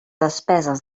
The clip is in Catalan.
despeses